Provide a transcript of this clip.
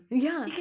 ya